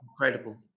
incredible